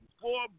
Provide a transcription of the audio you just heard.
four